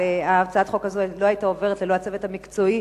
אבל הצעת החוק הזאת לא היתה עוברת ללא הצוות המקצועי